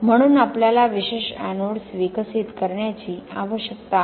म्हणून आपल्याला विशेष एनोड्स विकसित करण्याची आवश्यकता आहे